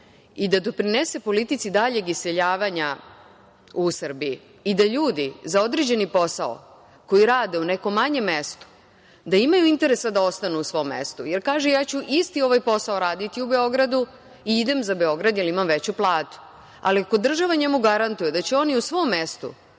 i da doprinese politici daljeg iseljavanja u Srbiji i da ljudi za određeni posao koji rade u nekom manjem mestu, da imaju interesa da ostanu u svom mestu. Kažu, ja ću isti ovaj posao raditi u Beogradu i idem za Beograd jer imam veću platu, ali ako država njemu garantuje da će oni u svom mestu